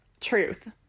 truth